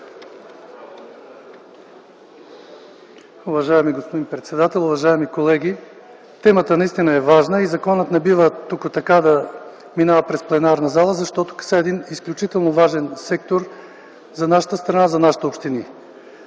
Уважаеми господин председател, уважаеми колеги! Темата наистина е важна и законът не бива току-така да минава през пленарната зала, защото касае един изключително важен сектор за нашата страна, за нашите общини.